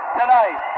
tonight